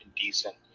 decent